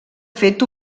fet